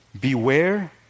Beware